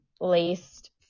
laced